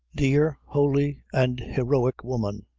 dear, holy, and heroic woman!